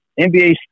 NBA